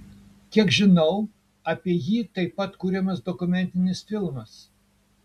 kiek žinau apie jį taip pat kuriamas dokumentinis filmas